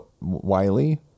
Wiley